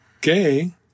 gay